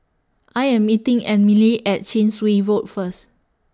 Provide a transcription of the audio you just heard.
I Am meeting Emilie At Chin Swee Road First